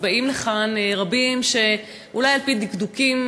ובאים לכאן רבים שאולי על-פי דקדוקים